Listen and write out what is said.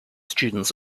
students